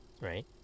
right